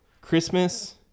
Christmas